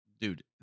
Dude